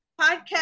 podcast